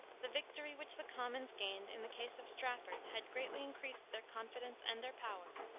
the victory which the commons gained in the case of strafford had greatly increased their confidence and their power,